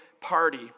party